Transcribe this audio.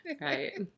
right